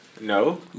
No